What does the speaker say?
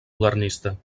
modernista